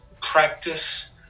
practice